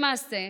למעשה,